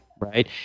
right